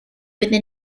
within